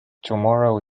tomorrow